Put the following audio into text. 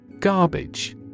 Garbage